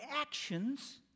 actions